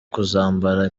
kuzambara